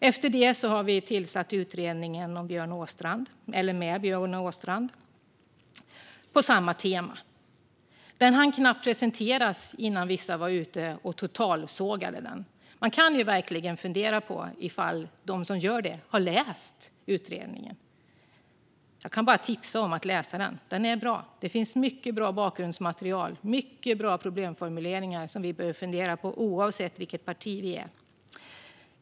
Efter detta har vi tillsatt utredningen med Björn Åstrand på samma tema. Den hann dock knappt presenteras innan vissa var ute och totalsågade den. Man kan verkligen fundera på om de som gör det har läst utredningen. Jag kan bara tipsa om att läsa den, för den är bra. Det finns mycket bra bakgrundsmaterial och många bra problemformuleringar som vi behöver fundera på, oavsett vilket parti vi tillhör.